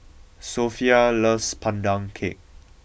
Sophia loves Pandan Cake